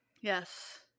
yes